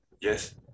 yes